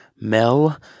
Mel